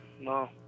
No